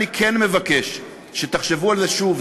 אני כן מבקש שתחשבו על זה שוב,